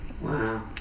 Wow